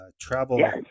travel